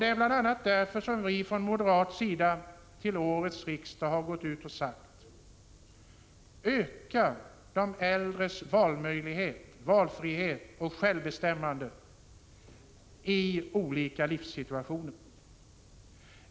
Det är bl.a. därför som vi från moderat sida under årets riksdag sagt: Öka de äldres valmöjligheter, valfrihet och självbestämmanderätt i skilda livssituationer!